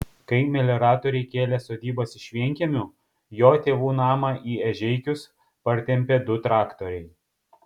kai melioratoriai kėlė sodybas iš vienkiemių jo tėvų namą į ežeikius partempė du traktoriai